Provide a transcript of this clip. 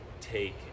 take